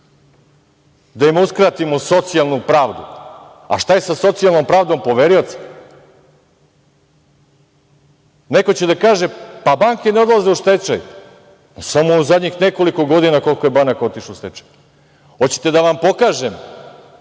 da im uskratimo socijalnu pravdu. A šta je sa socijalnom pravdom poverioca? Neko će da kaže – pa, banke ne odlaze u stečaj. Samo u zadnjih nekoliko godina koliko je banaka otišlo u stečaj. Hoćete da vam pokažem